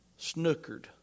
snookered